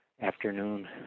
afternoon